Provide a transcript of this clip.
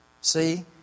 See